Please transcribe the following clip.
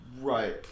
Right